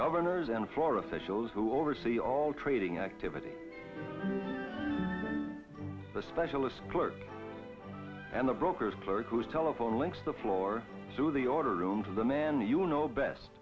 governors and floor officials who oversee all trading activity the specialist clerk and the brokers clerk whose telephone links the floor to the order room to the man you will know